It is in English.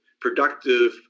productive